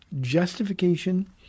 justification